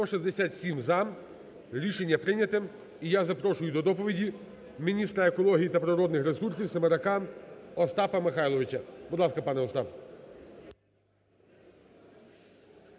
За-167 Рішення прийняте. І я запрошую до доповіді міністра екології та природних ресурсів Семерака Остапа Михайловича. Будь ласка, пане Остап.